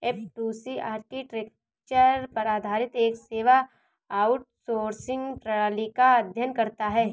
F two C architecture पर आधारित एक सेवा आउटसोर्सिंग प्रणाली का अध्ययन करता है